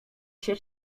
się